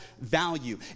value